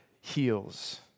heals